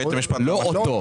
לא אותו.